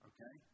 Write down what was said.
Okay